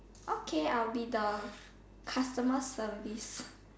okay I'll be the customer service